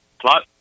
plot